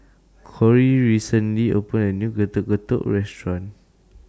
Kory recently opened A New Getuk Getuk Restaurant